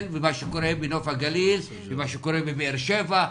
ומה שקורה בנוף הגליל ומה שקורה בבאר שבע,